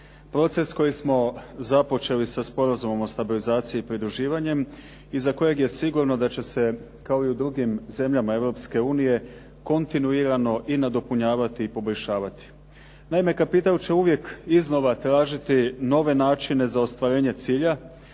Proces koji smo započeli sa sporazumom o stabilizaciji pridruživanjem i za kojeg je sigurno da će se i u drugim zemljama Europske unije kontinuirano i nadopunjavati i poboljšavati. Naime, kapital će uvijek iznova tražiti nove načine za ostvarenje cilja,